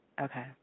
Okay